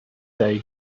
day